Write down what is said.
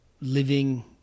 living